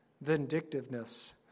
vindictiveness